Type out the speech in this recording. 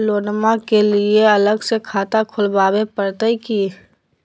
लोनमा के लिए अलग से खाता खुवाबे प्रतय की?